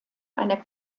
einer